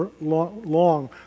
long